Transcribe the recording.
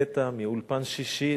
בקטע מ"אולפן שישי".